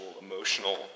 emotional